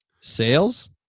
sales